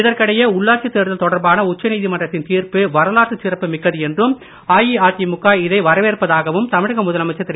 இதற்கிடையே உள்ளாட்சித் தேர்தல் தொடர்பான உச்ச நீதிமன்றத்தின் தீர்ப்பு வரலாற்றுச் சிறப்பு மிக்கது என்றும் அஇஅதிமுக வரவேற்பதாகவும் தமிழக முதலமைச்சர் திரு